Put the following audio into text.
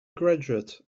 graduate